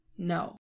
No